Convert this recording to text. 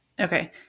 Okay